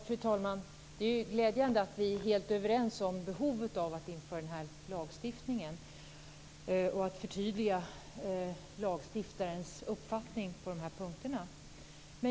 Fru talman! Det är glädjande att vi är helt överens om behovet av att införa denna lagstiftning och att förtydliga lagstiftarens uppfattning på dessa punkter.